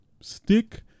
Stick